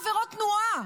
כמה עבירות תנועה?